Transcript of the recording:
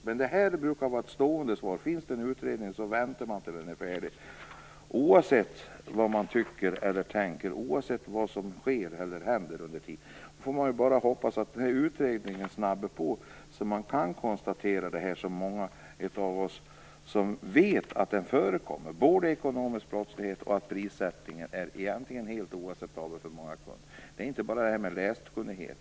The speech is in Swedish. Men det här brukar vara ett stående svar: Finns det en utredning så väntar man tills den är färdig - oavsett vad man tycker eller tänker, oavsett vad som händer och sker under tiden. Vi får nu bara hoppas att den här utredningen snabbar på, så att man kan konstatera det som många av oss redan vet - både att ekonomisk brottslighet förekommer och att prissättningen är helt oacceptabel för många kunder. Det handlar inte bara om läskunnighet.